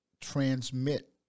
transmit